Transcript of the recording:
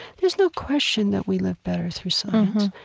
there's no question that we live better through so